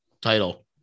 title